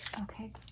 Okay